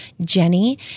Jenny